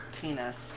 penis